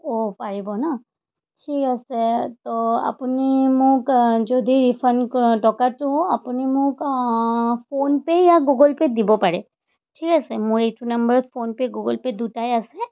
অঁ পাৰিব ন ঠিক আছে তো আপুনি মোক যদি ৰিফাণ্ড কৰা টকাটো আপুনি মোক ফোনপে' য়া গুগল পে'ত দিব পাৰে ঠিক আছে মোৰ এইটো নাম্বাৰত ফোনপে' গুগল পে' দুয়োটাই আছে